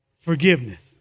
forgiveness